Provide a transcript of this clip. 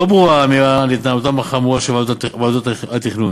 לא ברורה האמירה על התנהלותן החמורה של ועדות התכנון,